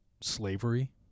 slavery